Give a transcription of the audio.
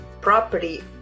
property